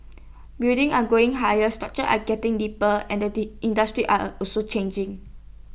buildings are going higher structures are getting deeper and industries are are also changing